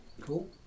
Cool